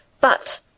but—